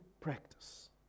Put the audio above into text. practice